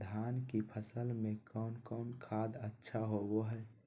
धान की फ़सल में कौन कौन खाद अच्छा होबो हाय?